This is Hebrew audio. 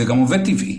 זה גם עובד טבעי,